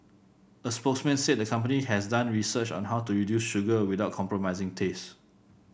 a spokesman said the company has done research on how to reduce sugar without compromising taste